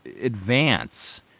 advance